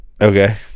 Okay